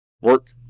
Work